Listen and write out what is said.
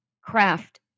craft